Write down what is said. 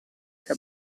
che